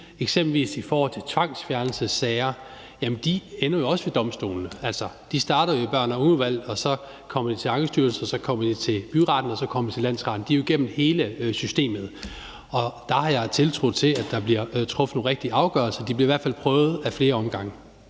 Eksempelvis tvangsfjernelsessager ender jo også ved domstolene. Altså, de starter i børn og unge-udvalget, og så kommer de til Ankestyrelsen, og så kommer de til byretten, og så kommer de til landsretten. De er jo igennem hele systemet. Og der har jeg tiltro til, at der bliver truffet nogle rigtige afgørelser. De bliver i hvert fald prøvet ad flere omgange.